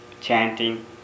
chanting